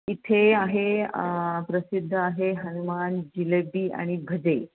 इथे आहे प्रसिद्ध आहे हनुमान जिलेबी आणि भजे